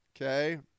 okay